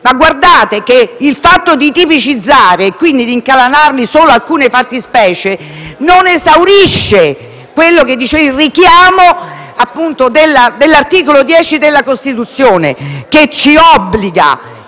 Ma guardate che il fatto di tipicizzare, quindi di incanalarli solo in alcune fattispecie, non esaurisce il richiamo dell'articolo 10 della Costituzione, che ci obbliga,